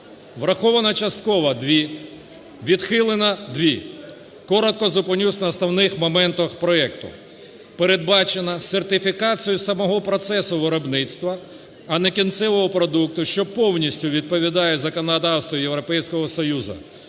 враховано частково 2, відхилено 2. Коротко зупинюся на основних моментах проекту. Передбачено сертифікацію самого процесу виробництва, а не кінцевого продукту, що повністю відповідає законодавству Європейського Союзу.